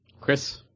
chris